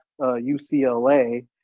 UCLA